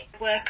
work